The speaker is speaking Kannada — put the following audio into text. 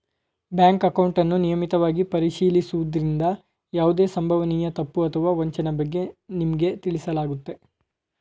ಬ್ಯಾಂಕ್ ಅಕೌಂಟನ್ನು ನಿಯಮಿತವಾಗಿ ಪರಿಶೀಲಿಸುವುದ್ರಿಂದ ಯಾವುದೇ ಸಂಭವನೀಯ ತಪ್ಪು ಅಥವಾ ವಂಚನೆ ಬಗ್ಗೆ ನಿಮ್ಗೆ ತಿಳಿಸಲಾಗುತ್ತೆ